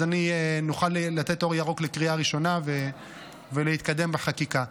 אז נוכל לתת אור ירוק לקריאה ראשונה ולהתקדם בחקיקה.